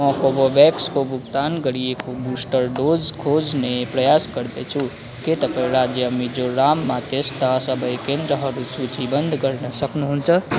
म कोभाभ्याक्सको भुक्तान गरिएको बुस्टर डोज खोज्ने प्रयास गर्दैछु के तपाईँँ राज्य मिजोराममा त्यस्ता सबै केन्द्रहरू सूचीबद्ध गर्न सक्नुहुन्छ